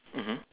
mmhmm